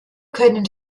können